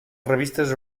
revistes